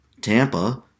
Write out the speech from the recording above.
Tampa